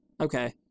Okay